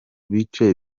bice